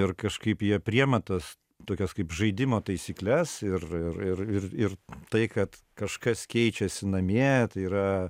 ir kažkaip jie priema tas tokias kaip žaidimo taisykles ir ir ir ir ir tai kad kažkas keičiasi namie tai yra